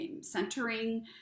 centering